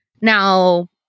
Now